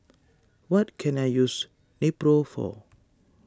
what can I use Nepro for